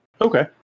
Okay